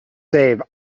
save